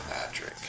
Patrick